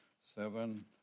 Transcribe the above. Seven